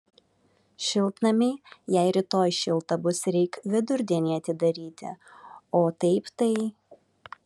šiltnamį jei rytoj šilta bus reik vidurdienį atidaryti o taip tai